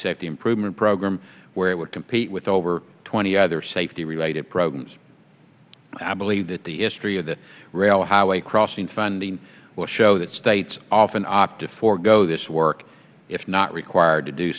safety improvement program where it would compete with over twenty other safety related programs i believe that the history of the rail highway crossing funding will show that states often opt to forego this work if not required to do